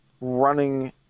running